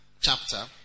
chapter